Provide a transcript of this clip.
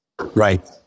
Right